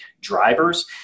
drivers